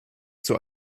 zur